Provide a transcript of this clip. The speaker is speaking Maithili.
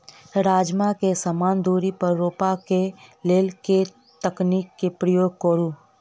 राजमा केँ समान दूरी पर रोपा केँ लेल केँ तकनीक केँ प्रयोग करू?